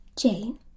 Jane